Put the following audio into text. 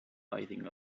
rising